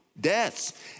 Deaths